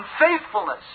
unfaithfulness